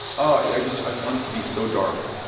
ah yeah i just i found it to be so dark.